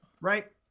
right